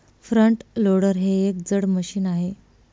front loader हे एक जड मशीन आहे